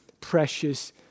precious